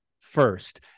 first